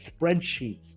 spreadsheets